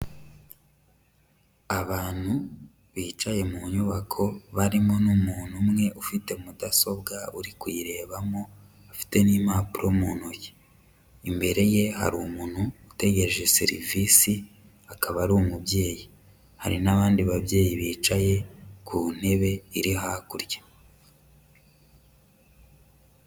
Abantu bicaye mu nyubako barimo n'umuntu umwe ufite mudasobwa uri kuyirebamo afite n'impapuro mu ntoki, imbere ye hari umuntu utegereje serivisi akaba ari umubyeyi, hari n'abandi babyeyi bicaye ku ntebe iri hakurya.